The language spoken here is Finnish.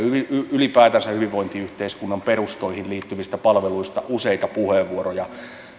ylipäätänsä hyvinvointiyhteiskunnan perustoihin liittyvistä palveluista on ollut useita puheenvuoroja